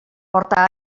porta